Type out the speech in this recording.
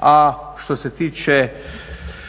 A što se tiče